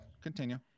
Continue